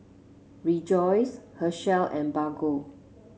Rejoice Herschel and Bargo